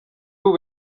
ubu